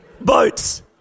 Boats